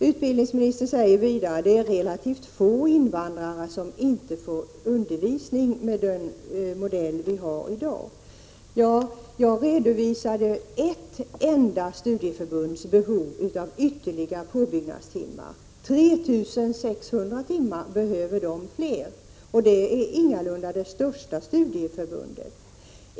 Utbildningsministern säger vidare att det är relativt få invandrare som inte får undervisning med den modell som finns i dag. Jag redovisade ett enda studieförbunds behov av ytterligare påbyggnadstimmar. Detta förbund behöver 3 600 fler timmar, och det är ingalunda det största studieförbundet.